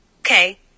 Okay